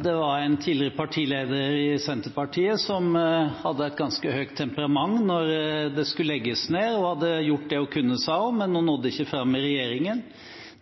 det var en tidligere partileder i Senterpartiet som hadde et ganske sterkt temperament når det skulle legges ned. Hun hadde gjort det hun kunne, sa hun, men hun nådde ikke fram i regjeringen.